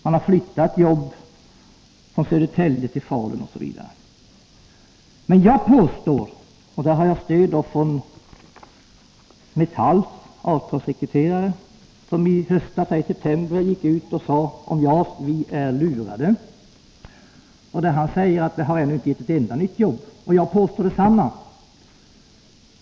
Man har flyttat jobb från Södertälje till Falun, osv. Men jag påstår att det inte blir några nya jobb, och där har jag stöd av Metalls avtalssekreterare, som i höstas — i september — gick ut och sade om JAS: ”Vi är lurade.” Han sade vidare: Det har inte gett ett enda nytt jobb. Jag påstår detsamma.